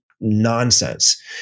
nonsense